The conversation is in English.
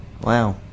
Wow